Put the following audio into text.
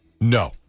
No